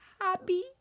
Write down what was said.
happy